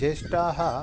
ज्येष्ठाः